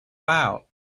out